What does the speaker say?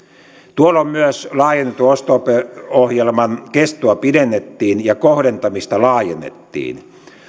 tuolloin myös laajennetun osto ohjelman kestoa pidennettiin ja kohdentamista laajennettiin